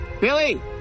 Billy